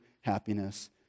happiness